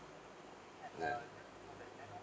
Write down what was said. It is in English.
ya